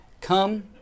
Come